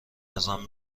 ازم